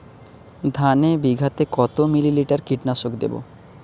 ধানে বিঘাতে কত মিলি লিটার কীটনাশক দেবো?